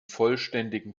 vollständigen